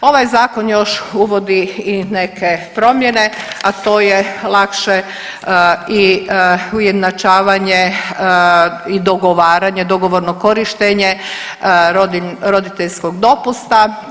Ovaj zakon još uvodi i neke promjene, a to je lakše i ujednačavanje i dogovaranje, dogovorno korištenje roditeljskog dopusta.